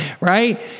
right